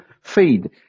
feed